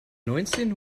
neunzehn